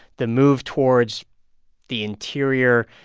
the move towards the interior,